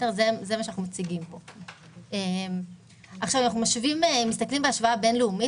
אם אנחנו מסתכלים בהשוואה בינלאומית,